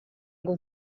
ngo